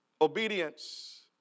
Obedience